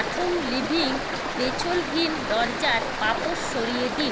আথম living পেছলহীন দরজার পাপোষ সরিয়ে দিন